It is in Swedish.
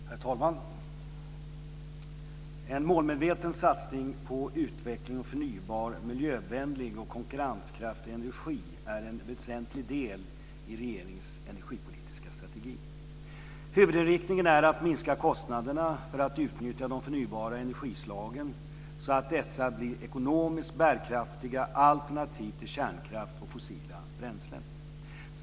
Herr talman! En målmedveten satsning på utveckling av förnybar, miljövänlig och konkurrenskraftig energi är en väsentlig del i regeringens energipolitiska strategi. Huvudinriktningen är att minska kostnaderna för att utnyttja de förnybara energislagen så att dessa blir ekonomiskt bärkraftiga alternativ till kärnkraft och fossila bränslen.